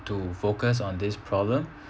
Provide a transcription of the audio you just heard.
to focus on this problem